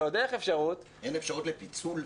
אין אפשרות לפיצול?